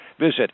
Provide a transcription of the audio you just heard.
visit